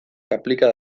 aplika